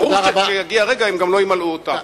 ברור שכשיגיע הרגע הם גם לא ימלאו אותה.